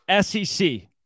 SEC